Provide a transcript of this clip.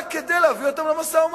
רק כדי להביא אותם למשא-ומתן,